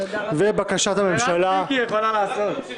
תודה, פה אחד ההצעה התקבלה.